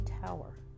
tower